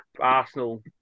Arsenal